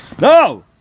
No